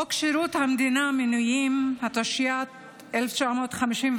חוק שירות המדינה (מינויים), התשי"ט 1959,